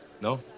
No